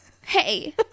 Hey